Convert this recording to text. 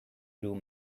room